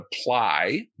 apply